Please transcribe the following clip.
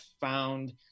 found